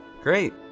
great